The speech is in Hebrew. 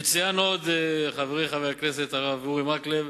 יצוין עוד, חברי חברי הכנסת הרב אורי מקלב,